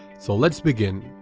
so let's begin!